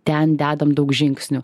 ten dedam daug žingsnių